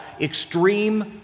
extreme